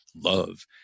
love